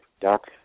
Doc